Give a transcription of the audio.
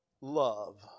love